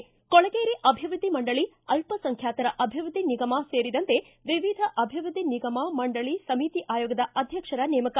ಿ ಕೊಳಗೇರಿ ಅಭಿವೃದ್ಧಿ ಮಂಡಳ ಅಲ್ಲ ಸಂಖ್ಯಾತರ ಅಭಿವೃದ್ಧಿ ನಿಗಮ ಸೇರಿದಂತೆ ವಿವಿಧ ಅಭಿವೃದ್ಧಿ ನಿಗಮ ಮಂಡಳಿ ಸಮಿತಿ ಆಯೋಗದ ಅಧ್ಯಕ್ಷರ ನೇಮಕ